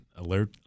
alert—